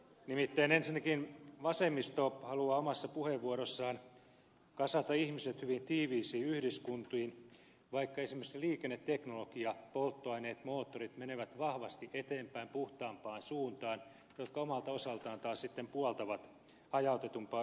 nimittäin ensinnäkin vasemmisto haluaa omassa puheenvuorossaan kasata ihmiset hyvin tiiviisiin yhdyskuntiin vaikka esimerkiksi liikenneteknologia polttoaineet moottorit menee vahvasti eteenpäin puhtaampaan suuntaan mikä omalta osaltaan taas sitten puoltaa hajautetumpaa yhdyskuntarakennetta